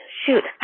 shoot